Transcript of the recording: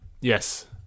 Yes